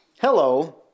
Hello